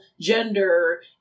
gender